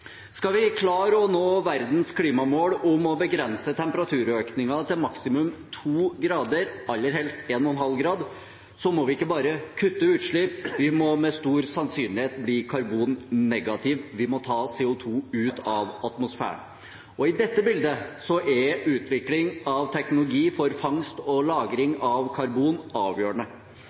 Skal vi klare å nå verdens klimamål om å begrense temperaturøkningen til maksimum 2 grader, aller helst 1,5 grad, må vi ikke bare kutte utslipp, vi må med stor sannsynlighet bli karbonnegative. Vi må ta CO2 ut av atmosfæren. I dette bildet er utvikling av teknologi for fangst og lagring av karbon avgjørende.